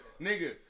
nigga